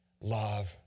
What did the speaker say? love